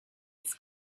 its